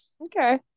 Okay